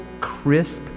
crisp